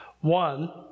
One